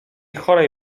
chorej